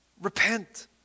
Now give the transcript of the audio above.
Repent